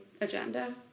agenda